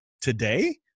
today